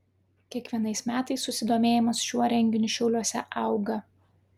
kiekvienais metais susidomėjimas šiuo renginiu šiauliuose auga